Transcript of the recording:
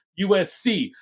USC